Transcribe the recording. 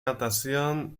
natación